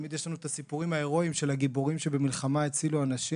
תמיד יש לנו את הסיפורים ההרואיים של הגיבורים שבמלחמה הצילו אנשים.